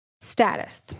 status